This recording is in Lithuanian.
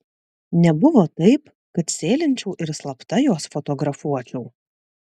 nebuvo taip kad sėlinčiau ir slapta juos fotografuočiau